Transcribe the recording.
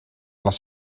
les